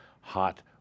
hot